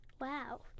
Wow